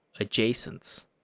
adjacents